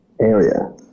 area